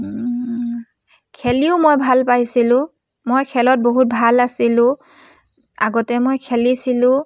খেলিও মই ভাল পাইছিলোঁ মই খেলত বহুত ভাল আছিলোঁ আগতে মই খেলিছিলোঁ